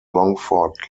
longford